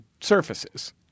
surfaces